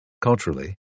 culturally